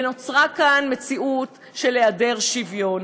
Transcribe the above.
ונוצרה כאן מציאות של היעדר שוויון.